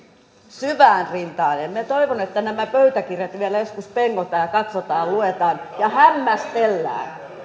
syvään rintaääneen minä toivon että nämä pöytäkirjat vielä joskus pengotaan ja katsotaan ja luetaan ja hämmästellään